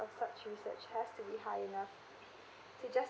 of such research has to be high enough it's just